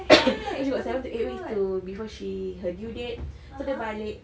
then she got seven to eight week to before she her due date so dia balik